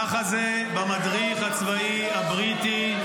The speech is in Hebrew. ככה זה במדריך הצבאי הבריטי.